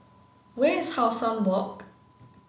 where is How Sun Walk